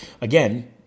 Again